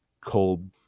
cold